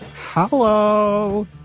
Hello